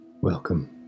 Welcome